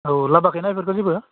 औ लाबाखैना बेफोरखौ जेबो